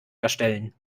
erstellen